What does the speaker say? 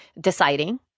deciding